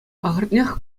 ахӑртнех